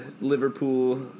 Liverpool